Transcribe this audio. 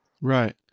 Right